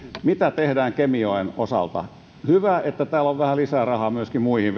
mitä tehdään kemijoen osalta hyvä että on vähän lisää rahaa myöskin muihin